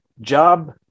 job